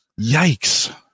Yikes